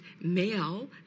male